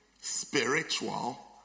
spiritual